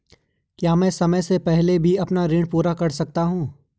क्या मैं समय से पहले भी अपना ऋण पूरा कर सकता हूँ?